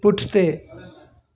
पुठिते